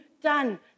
done